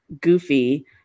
goofy